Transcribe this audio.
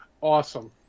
Awesome